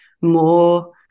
more